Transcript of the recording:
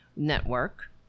Network